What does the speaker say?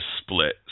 split